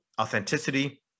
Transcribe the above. authenticity